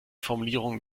formulierungen